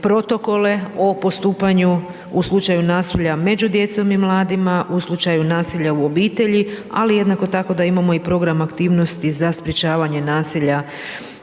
protokole o postupanju u slučaju nasilja među djecom i mladima, u slučaju nasilja u obitelji, ali jednako tako da imamo i program aktivnost, za sprječavanje nasilja,